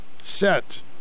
set